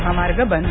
महामार्ग बंद